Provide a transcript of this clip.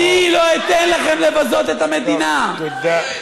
אני לא אתן לכם לבזות את המדינה, תודה.